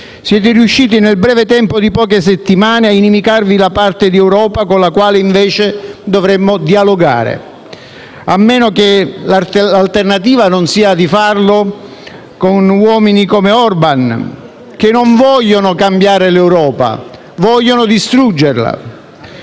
Siete riusciti, nel breve tempo di poche settimane, a inimicarvi la parte di Europa con la quale invece dovremmo dialogare, a meno che l'alternativa non sia di farlo con uomini come Orban, che non vogliono cambiare l'Europa, vogliono distruggerla.